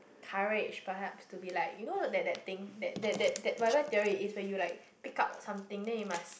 courage perhaps to be like you know that that thing that that that whatever theory it's where you like pick up something then you must